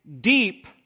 deep